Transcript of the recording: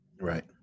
Right